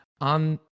on